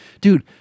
Dude